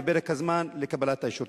ופרק הזמן לקבלת האישור.